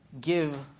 give